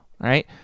right